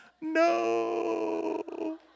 No